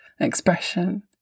expression